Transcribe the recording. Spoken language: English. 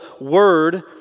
word